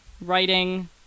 writing